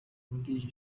wungirije